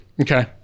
Okay